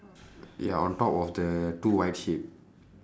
ya on top of the two white sheep